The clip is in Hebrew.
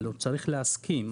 אבל הוא צריך להסכים.